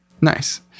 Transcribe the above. Nice